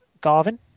Garvin